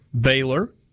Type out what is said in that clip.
Baylor